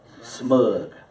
smug